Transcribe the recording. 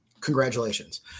Congratulations